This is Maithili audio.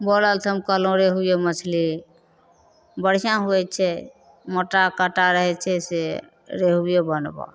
बोलल तऽ हम कहलहुँ रेहुए मछली बढ़िआँ होइ छै मोटा काँटा रहै छै से रेहुए बनबऽ